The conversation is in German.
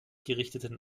gerichteten